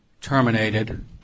terminated